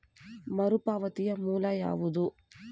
ಮರುಪಾವತಿಯ ಮೂಲ ಯಾವುದು?